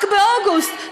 רק באוגוסט,